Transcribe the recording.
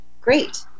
great